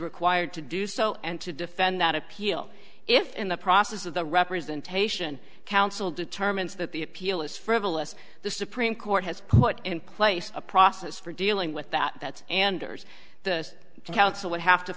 required to do so and to defend that appeal if in the process of the representation counsel determines that the appeal is frivolous the supreme court has put in place a process for dealing with that that's anders the counsel would have to